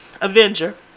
Avenger